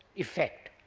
effect.